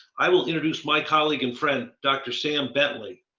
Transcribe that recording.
i will introduce my colleague and friend, dr. sam bentley,